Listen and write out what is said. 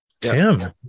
Tim